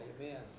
Amen